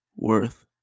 Worth